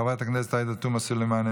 חברת הכנסת עאידה תומא סלימאן,